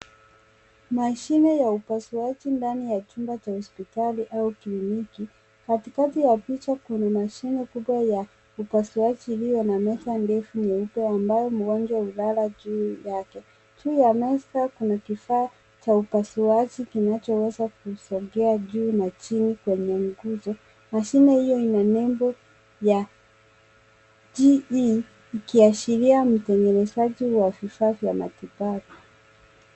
Mashine ya upasuaji ndani ya chumba cha hospitali au kimiliki. Katikati ya picha kuna mashine kubwa ya upasuaji iliyo na meza ndefu nyeupe ambayo mgonjwa hulala juu yake. Juu ya meza kuna kifaa cha upasuaji kinachoweza kusogea juu na chini kwenye nguzo. Mashine hiyo ina nembo ya GE ikiashiria mtengenezaji wa vifaa vya matibabu.